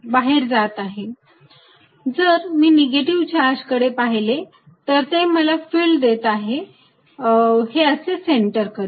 जर मी negative charge कडे पाहिले तर ते मला फिल्ड देत आहे हे असे सेंटर कडे